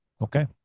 Okay